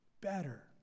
better